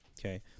Okay